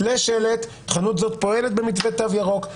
תלה שלט, חנות זו פועלת במתווה תו ירוק.